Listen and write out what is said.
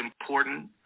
important